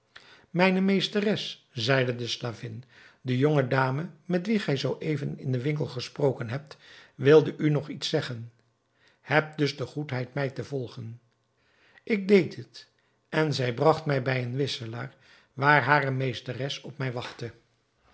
mijne meesteres zeide de slavin de jonge dame met wie gij zoo even in den winkel gesproken hebt wilde u nog iets zeggen heb dus de goedheid mij te volgen ik deed dit en zij bragt mij bij een wisselaar waar hare meesteres op mij wachtte